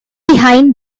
behind